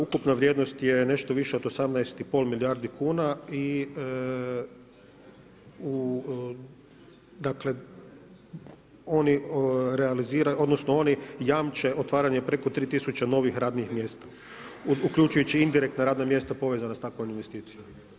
Ukupna vrijednost je nešto više od 18,5 milijardi kuna i u dakle, oni realiziraju, odnosno, jamče otvaranje preko 3000 novih radnih mjesta, uključujuća i indirektan radna mjesta povezana s takvom investicijom.